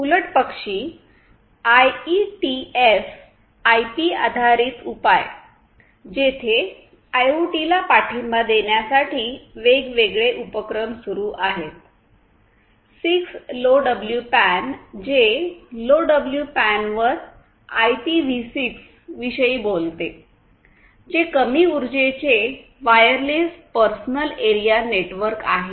उलटपक्षी IETF IP आधारित उपाय जेथे आयओटीला पाठिंबा देण्यासाठी वेगवेगळे उपक्रम सुरू आहेत 6 लोडब्ल्यूपॅन जे लोडब्ल्यूपॅनवर आयपीव्ही 6 विषयी बोलते जे कमी ऊर्जेचे वायरलेस पर्सनल एरिया नेटवर्क आहे